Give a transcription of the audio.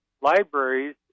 libraries